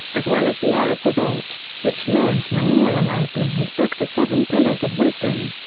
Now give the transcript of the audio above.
as well as the arab revolt, which lawrence memorialized in his book the seven pillars of wisdom.